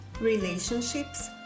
Relationships